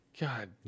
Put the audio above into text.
God